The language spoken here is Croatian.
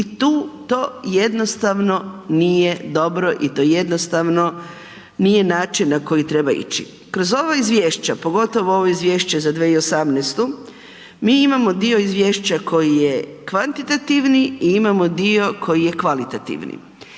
i tu to jednostavno nije dobro i to jednostavno nije način na koji treba ići. Kroz ova izvješća, pogotovo ovo izvješće za 2018. mi imamo dio izvješća koji je kvantitativni i imamo dio koji je kvalitativni.